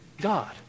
God